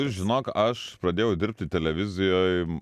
ir žinok aš pradėjau dirbti televizijoj